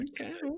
okay